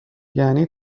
یعنی